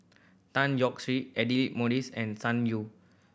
Tan Yee Hong Aidli Mosbit and Sun Yee